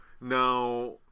Now